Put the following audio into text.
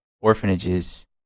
orphanages